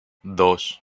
dos